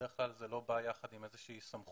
בדרך כלל זה לא בא יחד עם איזושהי סמכות